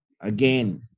again